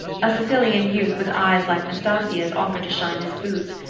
a sicilian youth with eyes like nastasia's offered to shine his boots,